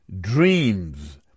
dreams